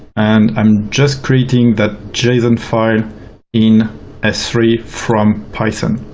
and i'm just creating that json file in s three from python.